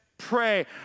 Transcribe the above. pray